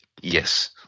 Yes